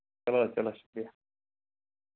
چلو حظ چلو شُکرِیہ